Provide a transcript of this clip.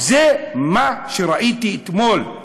זה מה שראיתי אתמול.